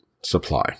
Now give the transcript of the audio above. supply